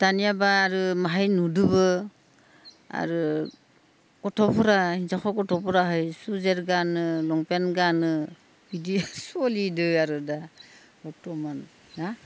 दानियाबा आरो माहाय नुदोबो आरो गथ'फोरा हिनजावखा गथ'फोराहै सुजेर गानो लंपेन गानो बिदि सोलिदो आरो दा बर्तमान ना